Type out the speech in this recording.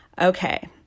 Okay